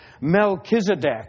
Melchizedek